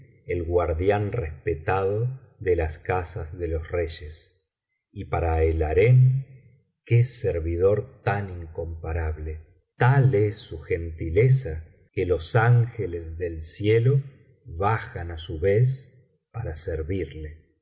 el guardián respetado de las casas de los reyes y para el harén qué servidor tan incomparable tal es su gentileza que los ángeles del cielo bajan á su vez para servirle